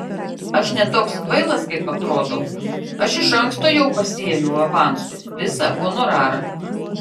aš ne toks kvailas kaip atrodau aš iš anksto jau pasiėmiau avansu visą honorarą